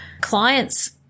clients